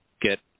get